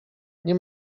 nie